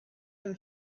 him